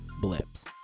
blips